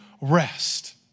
rest